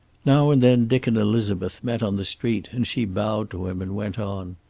now and then dick and elizabeth met on the street, and she bowed to him and went on.